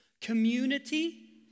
community